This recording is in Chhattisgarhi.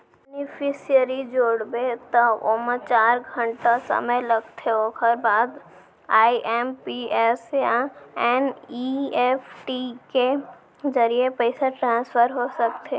बेनिफिसियरी जोड़बे त ओमा चार घंटा समे लागथे ओकर बाद आइ.एम.पी.एस या एन.इ.एफ.टी के जरिए पइसा ट्रांसफर हो सकथे